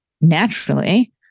naturally